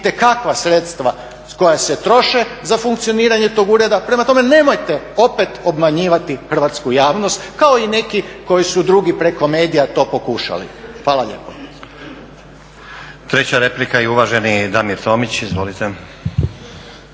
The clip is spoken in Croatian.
itekakva sredstva koja se troše za funkcioniranje tog ureda. Prema tome, nemojte opet obmanjivati hrvatsku javnost kao i neki drugi koji su preko medija to pokušali. Hvala lijepo. **Stazić, Nenad (SDP)** Treća replika i uvaženi Damir Tomić. Izvolite.